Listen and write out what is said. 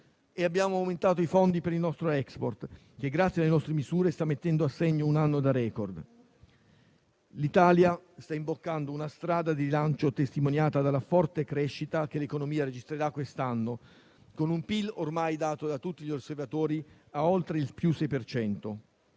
abbiamo aumentato i fondi per il nostro *export*, che grazie alle nostre misure sta mettendo a segno un anno da *record*. L'Italia sta imboccando una strada di rilancio testimoniata dalla forte crescita che l'economia registrerà quest'anno, con un PIL ormai dato da tutti gli osservatori a oltre +6 per